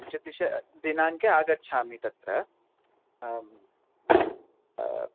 पञ्चदश दिनाङ्के आगच्छामि तत्र आम्